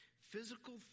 Physical